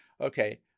okay